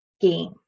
game